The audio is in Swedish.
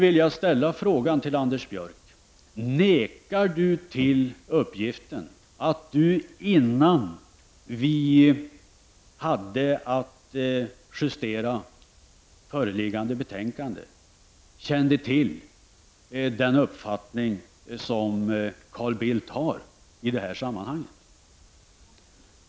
Låt mig fråga Anders Björck om han nekar till uppgiften att han, innan vi hade att justera föreliggande betänkande, kände till Carl Bildts uppfattning i sammanhanget.